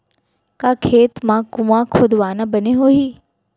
का खेत मा कुंआ खोदवाना बने होही?